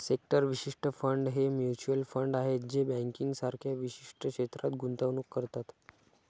sector विशिष्ट fund हे mutual fund आहेत जे बँकिंग सारख्या विशिष्ट क्षेत्रात गुंतवणूक करतात